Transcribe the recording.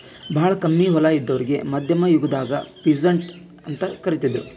ಭಾಳ್ ಕಮ್ಮಿ ಹೊಲ ಇದ್ದೋರಿಗಾ ಮಧ್ಯಮ್ ಯುಗದಾಗ್ ಪೀಸಂಟ್ ಅಂತ್ ಕರಿತಿದ್ರು